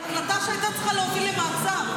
החלטה שהייתה צריכה להוביל למעצר.